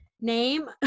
name